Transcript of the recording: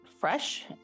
fresh